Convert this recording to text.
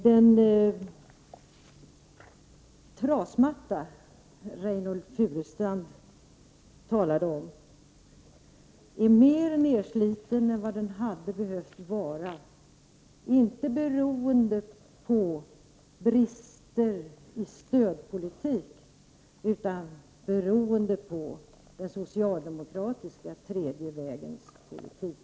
Den trasmatta Reynoldh Furustrand talade om är mer nedsliten än vad den hade behövt vara, inte beroende på brister i stödpolitiken utan beroende på den socialdemokratiska tredje vägens politik.